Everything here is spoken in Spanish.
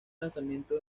lanzamiento